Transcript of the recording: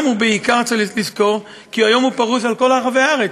גם ובעיקר צריך לזכור שהיום הוא פרוס בכל רחבי הארץ.